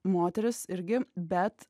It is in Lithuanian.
moteris irgi bet